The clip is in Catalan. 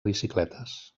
bicicletes